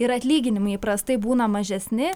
ir atlyginimai įprastai būna mažesni